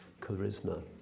charisma